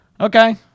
okay